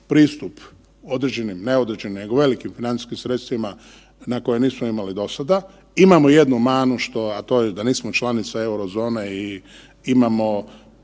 pristup određenim, ne određenim nego velikim financijskim sredstvima na koje nismo imali do sada, imamo jednu manu što, a to je da nismo članica eurozone i imamo,